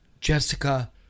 Jessica